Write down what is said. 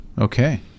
Okay